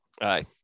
Aye